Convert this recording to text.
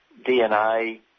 DNA